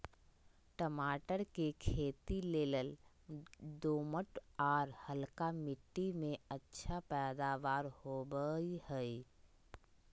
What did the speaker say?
टमाटर के खेती लेल दोमट, आर हल्का मिट्टी में अच्छा पैदावार होवई हई